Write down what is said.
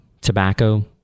tobacco